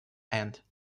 and